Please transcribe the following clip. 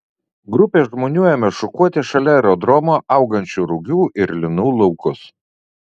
grupė žmonių ėmė šukuoti šalia aerodromo augančių rugių ir linų laukus